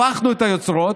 הפכנו את היוצרות,